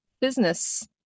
business